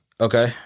Okay